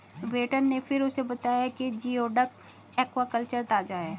waiter ने फिर उसे बताया कि जिओडक एक्वाकल्चर ताजा है